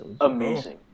amazing